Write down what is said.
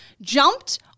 jumped